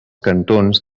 cantons